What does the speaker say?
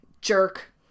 jerk